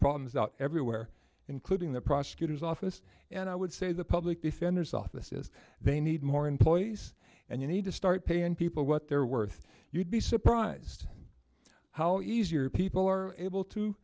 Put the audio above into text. problems out everywhere including the prosecutor's office and i would say the public defender's office is they need more employees and you need to start paying people what they're worth you'd be surprised how easy are people or able to